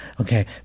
Okay